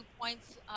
points